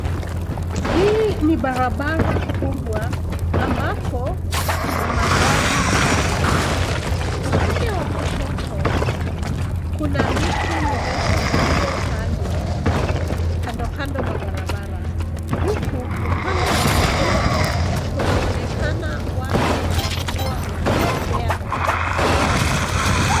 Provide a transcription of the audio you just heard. Hii ni barabara kubwa ambapo kuna magari mengi. Upande wa kushoto kuna miti mirefu iliyopandwa kando kando mwa barabara. Huku upande wa kulia kunaonekana watu wakiwa wanatembea barabarani.